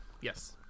yes